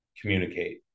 communicate